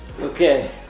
okay